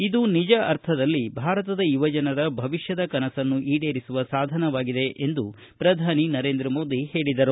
ಇದು ನಿಜ ಅರ್ಥದಲ್ಲಿ ಭಾರತದ ಯುವ ಜನರ ಭವಿಷ್ಠದ ಕನಸನ್ನು ಈಡೇರಿಸುವ ಸಾಧನವಾಗಿದೆ ಎಂದು ಪ್ರಧಾನಿ ನರೇಂದ್ರ ಮೋದಿ ಹೇಳಿದರು